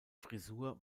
frisur